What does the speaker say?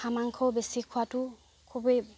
হাঁহৰ মাংস বেছি খোৱটো খুবেই